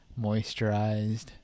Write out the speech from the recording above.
moisturized